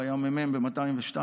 הוא היום מ"מ ב-202,